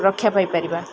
ରକ୍ଷା ପାଇପାରିବା